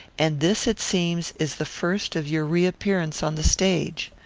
and this, it seems, is the first of your reappearance on the stage.